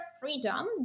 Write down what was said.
freedom